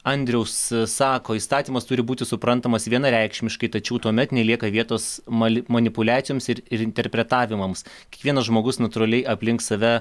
andrius sako įstatymas turi būti suprantamas vienareikšmiškai tačiau tuomet nelieka vietos mali manipuliacijoms ir ir interpretavimams kiekvienas žmogus natūraliai aplink save